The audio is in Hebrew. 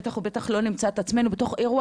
בטח ובטח לא נמצא את עצמנו בתוך אירוע